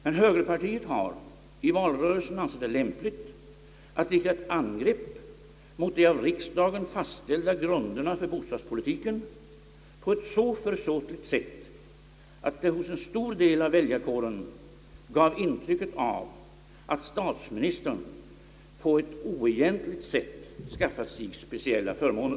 Men högerpartiet har i valrörelsen ansett det lämpligt att rikta ett angrepp mot de av riksdagen fastställda grunderna för bostadspolitiken på ett så försåtligt sätt att det hos en stor del av väljarkåren gav intrycket att statsministern på ett oegentligt sätt skaffat sig speciella förmåner.